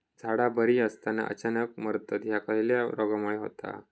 झाडा बरी असताना अचानक मरता हया कसल्या रोगामुळे होता?